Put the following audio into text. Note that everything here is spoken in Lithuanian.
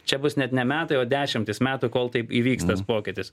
čia bus net ne metai o dešimtis metų kol taip įvyks tas pokytis